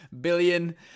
billion